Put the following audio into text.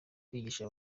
kwigisha